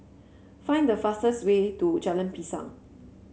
find the fastest way to Jalan Pisang